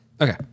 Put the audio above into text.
Okay